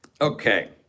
Okay